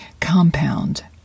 Compound